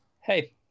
Hey